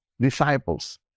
Disciples